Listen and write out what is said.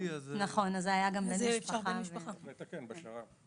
נתקן בשר"מ.